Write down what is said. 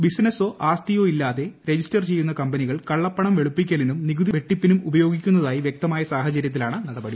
ബിസിനസോ ആസ്തിയോ ഇല്ലാതെ രജിസ്റ്റർ ചെയ്യുന്ന കമ്പനികൾ കള്ളപ്പണം വെളുപ്പിക്കലിനും നികുതി വെട്ടിപ്പിനും ഉപയോഗിക്കുന്നതായി വൃക്തമായ സാഹചരൃത്തിലാണ് നടപടി